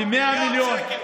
ב-100 מיליון,